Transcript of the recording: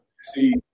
See